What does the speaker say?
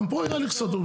גם פה יהיה הליך סדור.